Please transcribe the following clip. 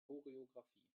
choreografie